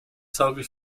tauglich